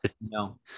No